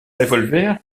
revolver